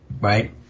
Right